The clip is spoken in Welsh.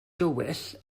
dywyll